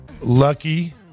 lucky